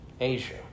Asia